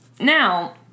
Now